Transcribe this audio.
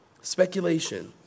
speculation